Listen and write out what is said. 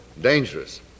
dangerous